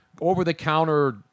over-the-counter